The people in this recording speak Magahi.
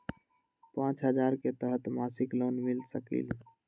पाँच हजार के तहत मासिक लोन मिल सकील?